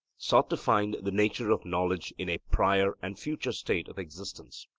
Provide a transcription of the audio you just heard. sought to find the nature of knowledge in a prior and future state of existence.